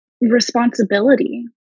responsibility